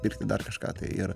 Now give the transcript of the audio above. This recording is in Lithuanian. pirkti dar kažką tai ir